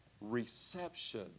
reception